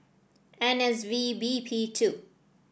N S V B P two